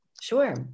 Sure